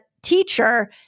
teacher